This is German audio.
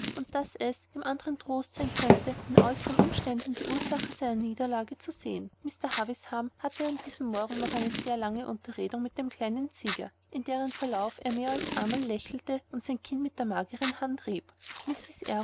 und daß es dem andern ein trost sein könnte in äußeren umständen die ursache seiner niederlage zu sehen mr havisham hatte an diesem morgen noch eine lange unterredung mit dem kleinen sieger in deren verlauf er mehr als einmal lächelte und sein kinn mit der mageren hand rieb mrs